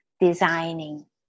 designing